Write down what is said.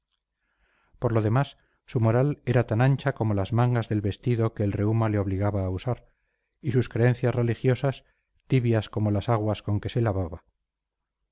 por lo demás su moral era tan ancha como las mangas del vestido que el reuma le obligaba a usar y sus creencias religiosas tibias como las aguas con que se lavaba